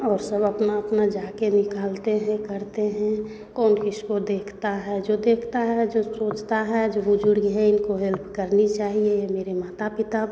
और सब अपना अपना जाकर निकालते हैं करते हैं कौन किसको देखता है जो देखता है जो सोचता है जो बुजुर्ग है इनको हेल्प करनी चाहिए यह मेरे माता पिता